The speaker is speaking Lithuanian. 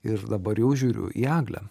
ir dabar jau žiūriu į eglę